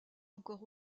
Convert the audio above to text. encore